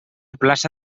plaça